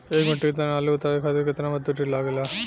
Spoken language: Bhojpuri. एक मीट्रिक टन आलू उतारे खातिर केतना मजदूरी लागेला?